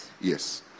Yes